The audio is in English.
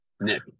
Nick